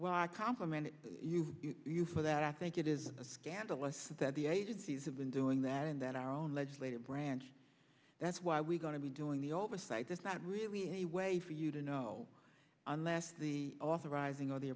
well i compliment you you for that i think it is a scandalous that the agencies have been doing that in their own legislative branch that's why we're going to be doing the oversight that's not really a way for you to know unless the authorizing or the